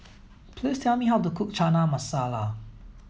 please tell me how to cook Chana Masala